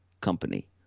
company